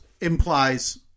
implies